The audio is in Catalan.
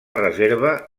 reserva